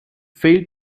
failed